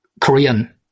Korean